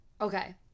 Okay